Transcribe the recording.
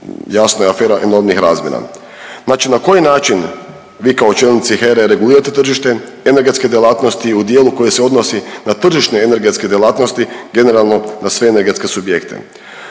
jasno je afera enormnih razmjera. Znači na koji način vi kao čelnici HERA-e regulirate tržište, energetske djelatnosti u dijelu koji se odnosi na tržišne energetske djelatnosti, generalno na sve energetske subjekte?